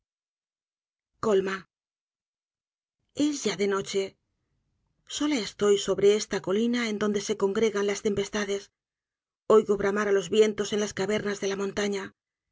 colma es ya noche sola estoy sobreestá colina en donde se congregan las tempestades oigo bramar á los vientos en las cavernas déla montaña